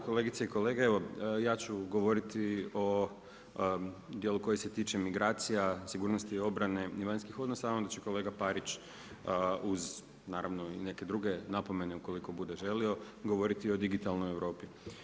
Kolegice i kolege, ja ću govoriti o dijelu koji se tiče migracija, sigurnosti i obrane i vanjskih odnosa, a onda će kolega Parić, uz, naravno, neke druge napomene, ukoliko želio govoriti o digitalnoj Europi.